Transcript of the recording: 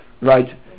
right